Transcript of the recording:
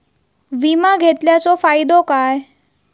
विमा घेतल्याचो फाईदो काय?